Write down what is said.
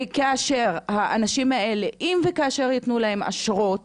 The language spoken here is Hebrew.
כאשר האנשים האלה, אם וכאשר יתנו להם אשרות